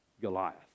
Goliath